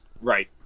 right